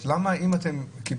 למה יש לכם החלטה כזאת?